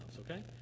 okay